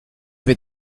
with